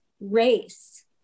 race